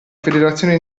federazione